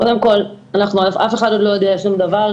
קודם כל אף אחד עוד לא יודע שום דבר,